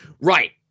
Right